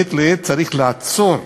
מעת לעת צריך לעצור,